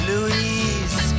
Louise